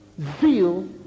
zeal